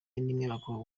y’abakobwa